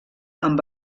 amb